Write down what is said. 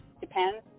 depends